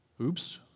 Oops